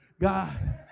God